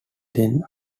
then